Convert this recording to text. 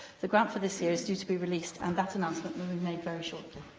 the grant for this year is due to be released, and that announcement will be made very shortly.